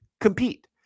compete